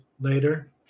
later